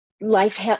life